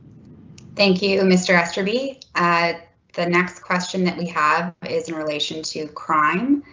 thank you mr. aster be at the next question that we have is in relation to and crime.